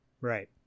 Right